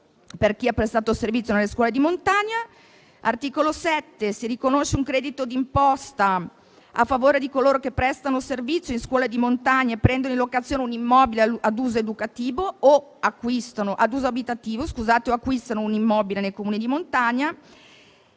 per chi ha prestato servizio nelle scuole di montagna, si riconosce un credito d'imposta a favore di coloro che prestano servizio in scuola di montagna e prendono in locazione un immobile ad uso abitativo o acquistano un immobile nei Comuni di montagna,